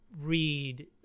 read